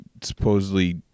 supposedly